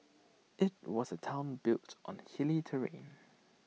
IT was A Town built on hilly terrain